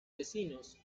vecinos